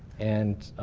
and